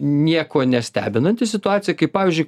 niekuo nestebinanti situacija kaip pavyzdžiui